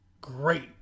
great